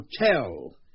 hotel